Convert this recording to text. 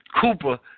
Cooper